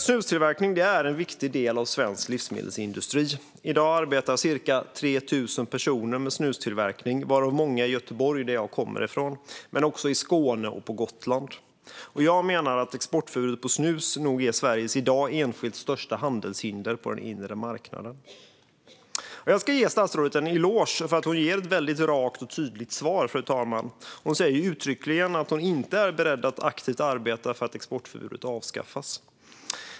Snustillverkning är en viktig del av svensk livsmedelsindustri. I dag arbetar ca 3 000 personer med snustillverkning, varav många i Göteborg, som jag kommer från, men också i Skåne och på Gotland. Jag menar att exportförbudet för snus nog är Sveriges i dag enskilt största handelshinder på den inre marknaden. Jag ska ge statsrådet en eloge för att hon ger ett mycket rakt och tydligt svar. Hon säger uttryckligen att hon inte är beredd att aktivt arbeta för att exportförbudet avskaffas.